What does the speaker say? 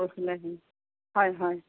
পৰহিলৈ আহিম হয় হয়